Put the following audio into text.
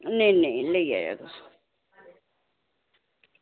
नेईं नेईं लेई जाएओ तुस